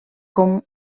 com